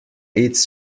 its